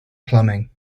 plumbing